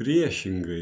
priešingai